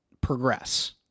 progress